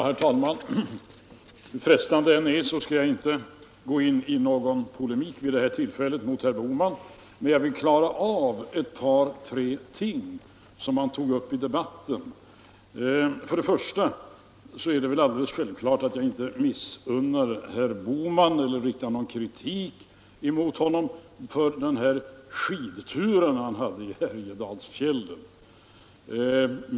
Herr talman! Hur frestande det än är skall jag inte vid det här tillfället gå in i polemik med herr Bohman, men jag vill klara upp ett par tre ting som han tog upp i debatten. Det är väl alldeles självklart att jag inte riktar någon kritik mot herr Bohman för den här skidturen i Härjedalsfjällen.